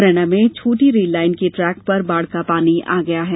मुरैना में छोटी rail line के ट्रेक पर बाढ़ का पानी आ गया है